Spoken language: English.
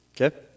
Okay